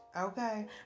okay